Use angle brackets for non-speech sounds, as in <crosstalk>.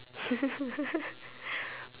<laughs>